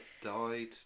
died